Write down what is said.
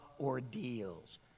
ordeals